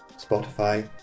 Spotify